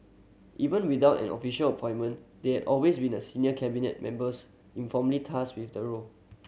even without an official appointment there had always been a senior Cabinet members informally tasked with the role